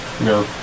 No